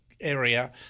area